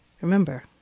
remember